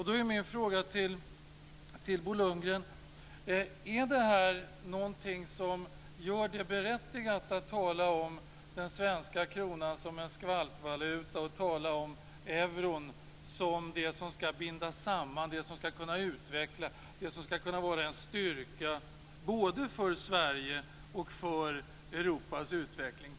Då är min fråga till Bo Lundgren: Är det här något som gör det berättigat att tala om den svenska kronan som en skvalpvaluta och att tala om euron som det som ska binda samman, det som ska kunna utveckla och det som ska kunna vara en styrka både för Sverige och för Europas utveckling?